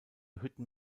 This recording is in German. hütten